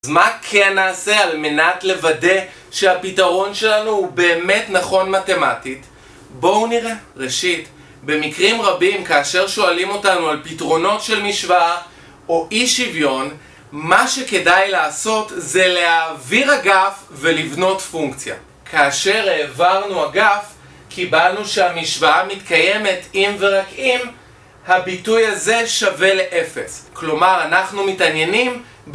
אז מה כן נעשה על מנת לוודא שהפתרון שלנו הוא באמת נכון מתמטית? בואו נראה. ראשית, במקרים רבים כאשר שואלים אותנו על פתרונות של משוואה או אי שוויון מה שכדאי לעשות זה להעביר אגף ולבנות פונקציה כאשר העברנו אגף, קיבלנו שהמשוואה מתקיימת אם ורק אם הביטוי הזה שווה לאפס כלומר אנחנו מתעניינים